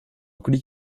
colis